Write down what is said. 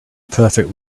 perfect